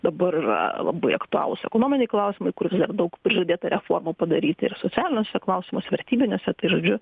dabar yra labai aktualūs ekonominiai klausimai kur daug prižadėta reformų padaryti ir socialiniuose klausimuose vertybiniuose tai žodžiu